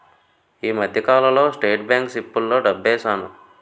ఈ మధ్యకాలంలో State bank సిప్పుల్లో డబ్బేశాను